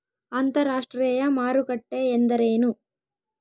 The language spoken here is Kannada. ಅಂತರಾಷ್ಟ್ರೇಯ ಮಾರುಕಟ್ಟೆ ಎಂದರೇನು?